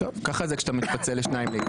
ככה כשאתה מפצל לשניים.